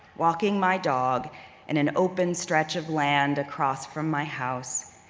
walking my dog in an open stretch of land across from my house,